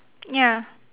ya